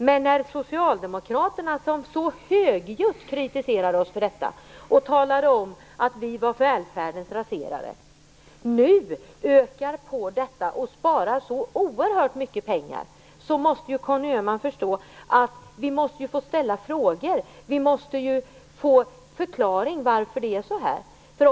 Men när Socialdemokraterna, som så högljutt kritiserade oss för detta och sade att vi var välfärdens raserare, nu ökar på och sparar oerhört mycket pengar måste vi få ställa frågor. Vi måste få en förklaring till varför det är så här.